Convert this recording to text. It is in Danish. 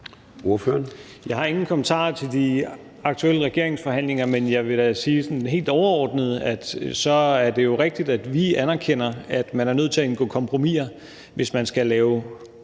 Jeg har ingen kommentarer til de aktuelle regeringsforhandlinger, men jeg vil da sige sådan helt overordnet, at det jo er rigtigt, at vi anerkender, at man er nødt til at indgå kompromiser, hvis man skal lave